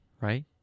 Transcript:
right